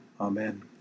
Amen